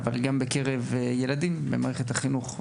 אבל גם בקרב ילדים במערכת החינוך,